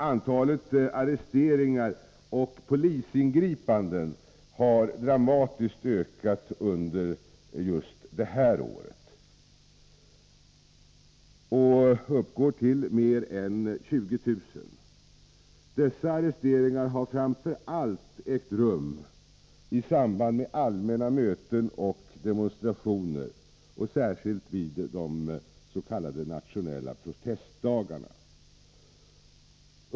Antalet arresteringar och polisingripanden har dramatiskt ökat under just det här året och uppgår till mer än 20 000. Dessa arresteringar har framför allt ägt rum i samband med allmänna möten och demonstrationer, särskilt vid de s.k. nationella protestdagarna.